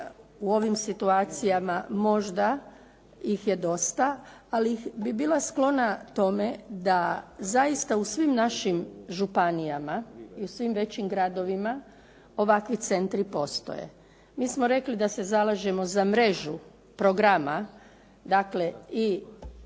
u ovim situacijama možda ih je dosta, ali bi bila sklona tome da zaista u svim našim županijama i u svim većim gradovima ovakvi centri postoje. Mi smo rekli da se zalažemo za mrežu programa, dakle i